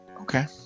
Okay